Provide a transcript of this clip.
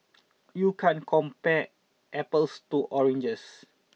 you can't compare apples to oranges